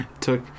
took